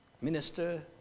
minister